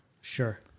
Sure